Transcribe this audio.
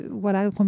voilà